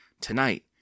Tonight